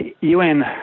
UN